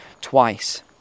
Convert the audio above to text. twice